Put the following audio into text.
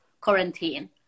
quarantine